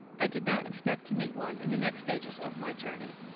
i did not expect to meet one in the next stages of my journey.